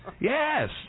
Yes